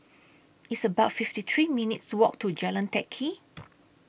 It's about fifty three minutes' Walk to Jalan Teck Kee